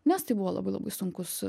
nes tai buvo labai labai sunkus